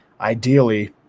ideally